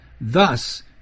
Thus